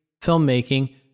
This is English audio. filmmaking